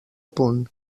punt